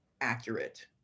accurate